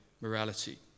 morality